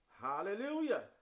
Hallelujah